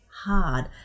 hard